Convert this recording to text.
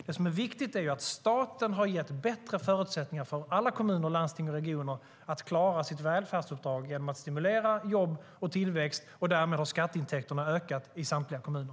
Det som viktigt är att staten har gett bättre förutsättningar för alla kommuner, landsting och regioner att klara sitt välfärdsuppdrag genom att stimulera jobb och tillväxt. Därmed har skatteintäkterna ökat i samtliga kommuner.